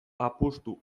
apustu